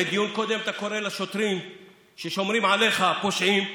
בדיון קודם אתה קורא לשוטרים ששומרים עליך "פושעים",